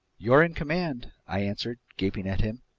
you're in command, i answered, gaping at him.